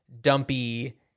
dumpy